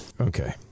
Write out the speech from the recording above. Okay